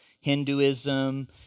Hinduism